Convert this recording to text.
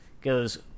goes